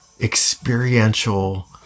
experiential